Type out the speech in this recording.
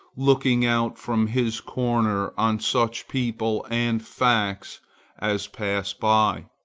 looking out from his corner on such people and facts as pass by,